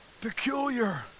peculiar